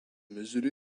missouri